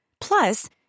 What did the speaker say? Plus